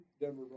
Denver